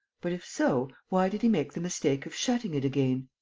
but, if so, why did he make the mistake of shutting it again?